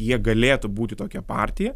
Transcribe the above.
jie galėtų būti tokia partija